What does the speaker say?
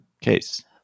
case